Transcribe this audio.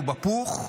בפוך.